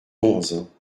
onze